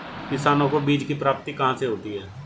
किसानों को बीज की प्राप्ति कहाँ से होती है?